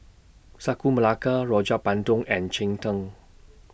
Sagu Melaka Rojak Bandung and Cheng Tng